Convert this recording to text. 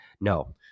no